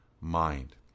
mind